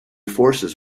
forces